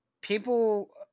people